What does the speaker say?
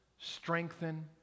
strengthen